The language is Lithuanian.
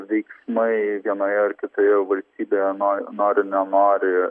veiksmai vienoje ar kitoje valstybėje nor nori nenori